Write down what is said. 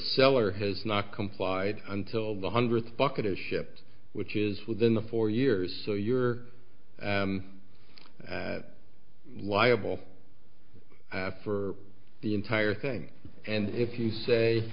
seller has not complied until the hundredth bucket is shipped which is within the four years so you're liable for the entire thing and if you say